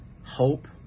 hope